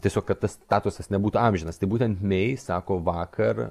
tiesiog kad tas statusas nebūtų amžinas tai būtent mei sako vakar